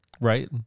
Right